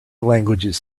languages